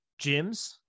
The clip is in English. gyms